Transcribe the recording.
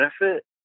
benefit